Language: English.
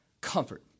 Comfort